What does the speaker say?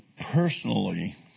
personally